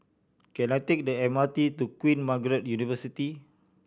can I take the M R T to Queen Margaret University